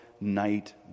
night